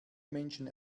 menschen